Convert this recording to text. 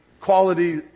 quality